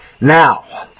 now